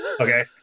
okay